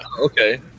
Okay